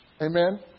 Amen